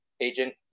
agent